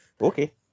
okay